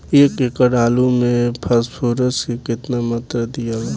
एक एकड़ आलू मे फास्फोरस के केतना मात्रा दियाला?